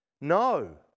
no